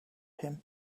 him